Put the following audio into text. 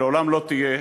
ולעולם לא תהיה,